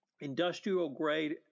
industrial-grade